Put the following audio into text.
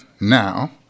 now